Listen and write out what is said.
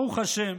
ברוך השם,